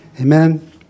Amen